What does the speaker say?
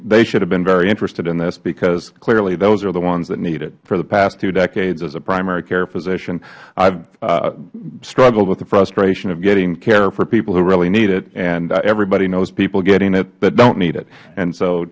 o should have been very interested in this because clearly those are the ones who need it for the past two decades as a primary care physician i have struggled with the frustration of getting care for people who really need it and everyone knows people getting it who dont need it